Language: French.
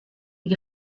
est